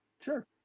sure